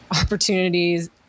opportunities